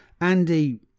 andy